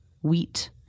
wheat